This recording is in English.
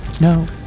No